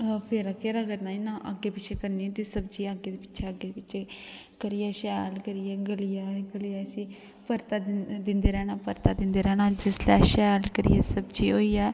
फेरा घेरा करनी ते अग्गें पिच्छें करनी सब्ज़ी अग्गें पिच्छें अग्गें पिच्छें ते शैल करियै गली जाये ते उसी परता दिंदे रैह्ना परता दिंदे रैह्ना ते जिसलै शैल करियै सब्ज़ी होई जाये